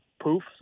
poof